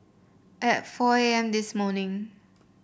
at four A M this morning